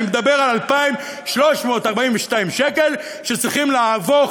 אני מדבר על 2,342 שקל שצריכים להפוך,